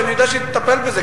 שאני יודע שהיא תטפל בזה,